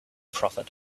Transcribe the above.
prophet